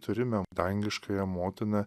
turime dangiškąją motiną